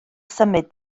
symud